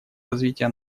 развития